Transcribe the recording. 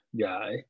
guy